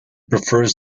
prefers